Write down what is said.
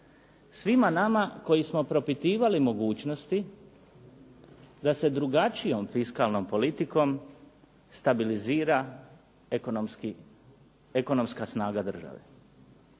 svima nama koji smo propitivali mogućnosti da se drugačijom fiskalnom politikom stabilizira ekonomska snaga države.